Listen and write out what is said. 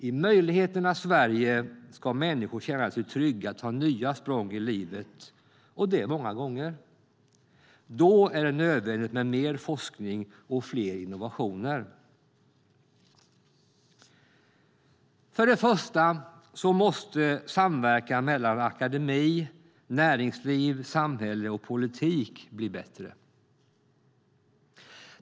I möjligheternas Sverige ska människor känna sig trygga att ta nya språng i livet och det många gånger. Då är det nödvändigt med mer forskning och fler innovationer. För det första måste samverkan mellan akademi, näringsliv, samhälle och politik bli bättre.